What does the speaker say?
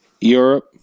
europe